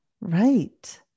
Right